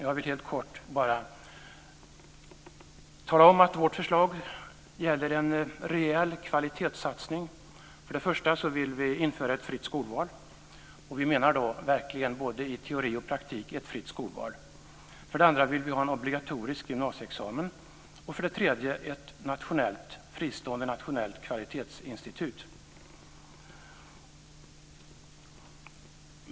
Jag vill bara helt kort tala om att vårt förslag gäller en rejäl kvalitetssatsning. För det första vill vi införa ett fritt skolval. Och då menar vi verkligen ett fritt skolval, både i teori och praktik. För det andra vill vi ha en obligatorisk gymnasieexamen och för det tredje ett fristående nationellt kvalitetsinstitut.